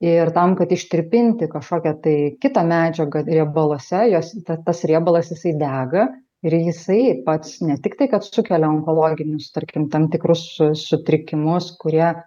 ir tam kad ištirpinti kažkokią tai kitą medžiagą riebaluose jos ta tas riebalas jisai dega ir jisai pats ne tik tai kad sukelia onkologinius tarkim tam tikrus sutrikimus kurie